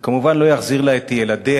זה כמובן לא יחזיר לה את ילדיה,